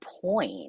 point